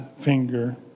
finger